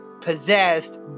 possessed